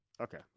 Okay